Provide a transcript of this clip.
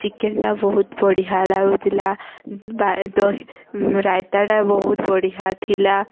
ଚିକେନ୍ଟା ବହୁତ୍ ବଢ଼ିଆ ଲାଗୁଥିଲା ଦହି ରାଇତାଟା ବହୁତ୍ ବଢ଼ିଆ ଥିଲା